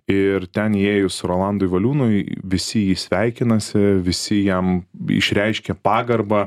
ir ten įėjus rolandui valiūnui visi jį sveikinasi visi jam išreiškia pagarbą